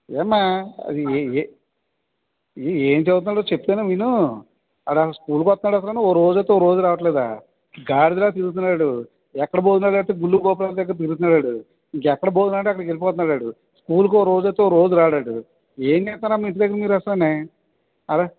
ఏమ్మా అది ఏ ఏ ఏం చదువుతున్నాడో చెప్తాను విను వాడు అస్సలు స్కూల్కి వస్తున్నాడా అసలు నువ్వు ఓ రోజు వస్తే ఒక రోజు రావట్లేదా గాడిదలా తిరుగుతున్నాడు ఎక్కడ భోజనాలు పెడితే గుళ్ళు గోపురాలు దగ్గర తిరుగుతున్నాడు ఆడు ఇంకా ఎక్కడ భోజనాలు అంటే అక్కడికి వెళ్ళిపోతున్నాడు ఆడు స్కూల్కి ఓ రోజు వస్తే ఓ రోజు రాడు ఆడు ఏం చేస్తున్నారమ్మా ఇంటి దగ్గర మీరు అసలు వాన్ని అక్కడ